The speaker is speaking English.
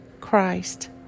Christ